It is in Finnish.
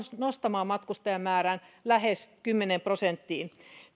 nostamaan matkustajamäärän lähes kymmeneen prosenttiin